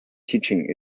teaching